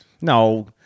No